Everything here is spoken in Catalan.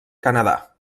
canadà